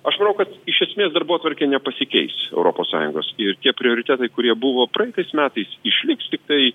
aš manau kad iš esmės darbotvarkė nepasikeis europos sąjungos ir tie prioritetai kurie buvo praeitais metais išliks tiktai